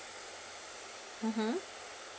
mmhmm